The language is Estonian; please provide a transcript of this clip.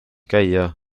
käia